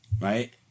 right